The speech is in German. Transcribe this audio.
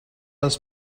das